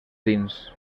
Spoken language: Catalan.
dins